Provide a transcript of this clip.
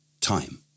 time